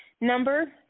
Number